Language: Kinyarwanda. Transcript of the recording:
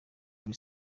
kuri